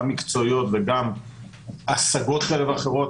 גם מקצועיות וגם השגות כאלה ואחרות,